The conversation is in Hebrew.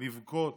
לבכות